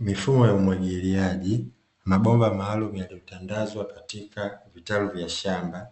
Mifumo ya umwagiliaji. Mabomba maalumu yaliyotandazwa katika vitalu vya shamba